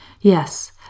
Yes